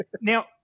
Now